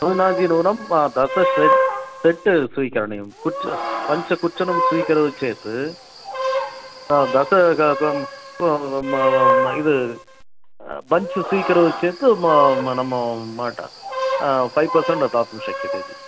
न्यूनातिन्यूनं दशशे सेट् स्वीकरणीयं कुच्च पञ्चकुच्चनं स्वीकरोति चेत् दश म म म इद् बञ्च् स्वीकरोति चेत् मा मनमु माट फ़ै पर्सेण्ट् दातुं शक्यते जि